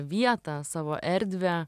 vietą savo erdvę